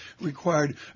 required